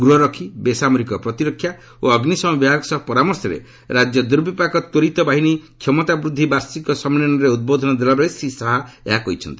ଗୃହରକ୍ଷୀ ବେସାମରିକ ପ୍ରତିରକ୍ଷା ଓ ଅଗ୍ନିଶମ ବିଭାଗ ସହ ପରାମର୍ଶରେ ରାଜ୍ୟ ଦୁର୍ବିପାକ ତ୍ୱରିତ ବାହିନୀ କ୍ଷମତା ବୃଦ୍ଧି ବାର୍ଷିକ ସମ୍ମିଳନୀରେ ଉଦ୍ବୋଧନ ଦେଲାବେଳେ ଶ୍ରୀ ଶାହା ଏହା କହିଛନ୍ତି